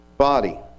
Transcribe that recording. body